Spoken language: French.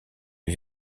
une